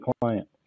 client